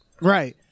Right